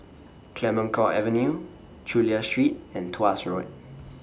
Clemenceau Avenue Chulia Street and Tuas Road